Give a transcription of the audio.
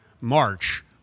March